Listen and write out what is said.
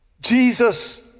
Jesus